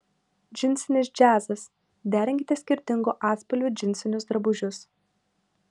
džinsinis džiazas derinkite skirtingų atspalvių džinsinius drabužius